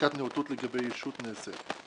בדיקת הנאותות לגבי ישות נעשית.